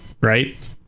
Right